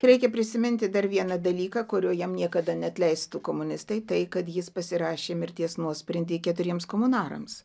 reikia prisiminti dar vieną dalyką kurio jam niekada neatleistų komunistai tai kad jis pasirašė mirties nuosprendį keturiems komunarams